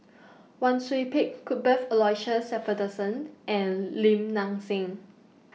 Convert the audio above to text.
Wang Sui Pick Cuthbert Aloysius Shepherdson and Lim Nang Seng